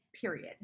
period